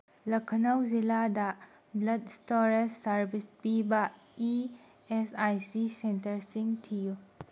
ꯂꯈꯅꯧ ꯖꯤꯂꯥꯗ blood storage service ꯄꯤꯕ E S I C ꯁꯦꯟꯇꯔꯁꯤꯡ ꯊꯤꯌꯨ